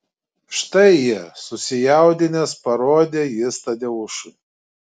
štai jie susijaudinęs parodė jis tadeušui